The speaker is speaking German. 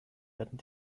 werden